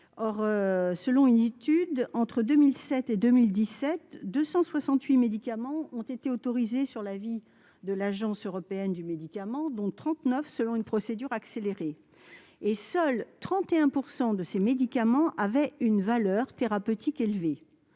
Or, selon une étude, entre 2007 et 2017, 268 médicaments ont été autorisés sur l'avis de l'Agence européenne des médicament, dont 39 au terme d'une procédure accélérée. Seuls 31 % de ces médicaments avaient une valeur thérapeutique élevée.